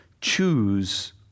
choose